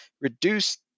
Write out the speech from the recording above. reduce